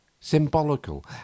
symbolical